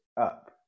up